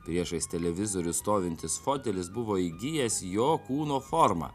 priešais televizorių stovintis fotelis buvo įgijęs jo kūno formą